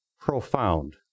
profound